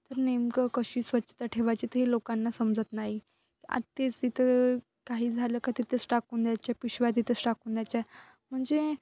तर नेमकं कशी स्वच्छता ठेवायची ती लोकांना समजत नाही आ तेच तिथं काही झालं का तिथंच टाकून द्यायच्या पिशव्या तिथेच टाकून द्यायच्या म्हणजे